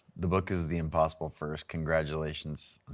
the book is the impossible first. congratulations,